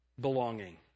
Belonging